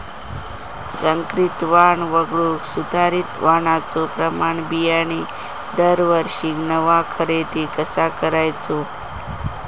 संकरित वाण वगळुक सुधारित वाणाचो प्रमाण बियाणे दरवर्षीक नवो खरेदी कसा करायचो?